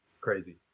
Crazy